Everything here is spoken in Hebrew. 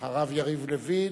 אחריו, יריב לוין,